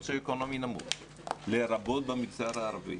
סוציו אקונומי נמוך, לרבות במגזר הערבי,